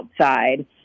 outside